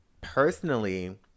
personally